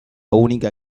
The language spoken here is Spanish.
única